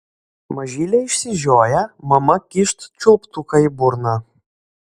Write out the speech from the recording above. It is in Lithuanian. mažylė išsižioja mama kyšt čiulptuką į burną